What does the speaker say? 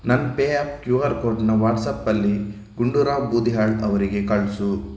ನನ್ನ pay app Q R ಕೋಡ್ನ ವಾಟ್ಸಾಪಲ್ಲಿ ಗುಂಡೂರಾವ್ ಬೂದಿಹಾಳ್ ಅವರಿಗೆ ಕಳಿಸು